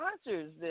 sponsors